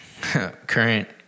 current